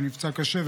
שנפצע קשה,